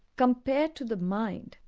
compared to the mind,